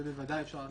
שבוודאי אפשר לעשות,